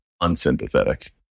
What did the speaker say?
unsympathetic